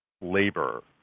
labor